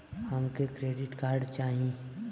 हमके credit card चाही